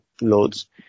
loads